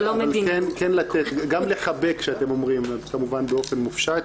גם לחבק כשאתם אומרים, אז כמובן באופן מופשט.